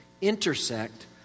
intersect